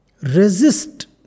resist